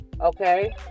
okay